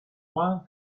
one